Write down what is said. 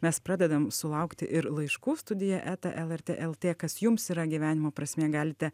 mes pradedam sulaukti ir laiškų studija eta lrt lt kas jums yra gyvenimo prasmė galite